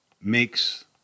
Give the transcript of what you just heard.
makes